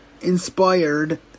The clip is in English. inspired